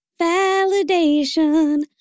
validation